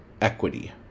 equity